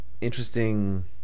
interesting